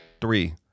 Three